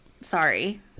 sorry